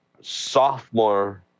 sophomore